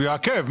הוא יעכב.